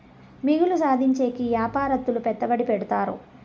మిగులు సాధించేకి యాపారత్తులు పెట్టుబడి పెడతారు